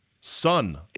son